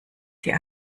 die